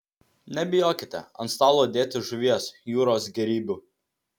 nebijokite ant stalo dėti žuvies jūros gėrybių